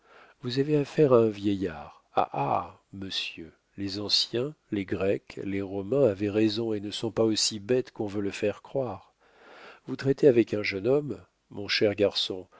vous avez affaire à un vieillard ah ah monsieur les anciens les grecs les romains avaient raison et ne sont pas aussi bêtes qu'on veut le faire croire vous traitez avec un jeune homme mon cher garçon